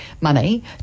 money